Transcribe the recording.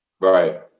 Right